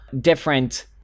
different